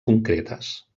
concretes